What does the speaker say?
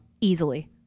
easily